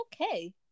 Okay